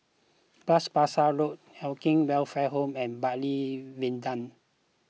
Bras Basah Road Acacia Welfare Home and Bartley Viaduct